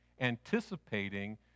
anticipating